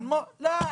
אבל לא,